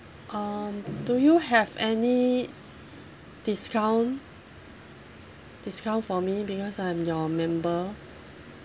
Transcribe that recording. um do you have any discount discount for me because I'm your member